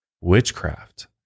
witchcraft